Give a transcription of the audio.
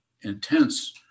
intense